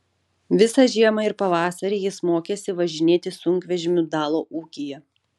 visą žiemą ir pavasarį jis mokėsi važinėti sunkvežimiu dalo ūkyje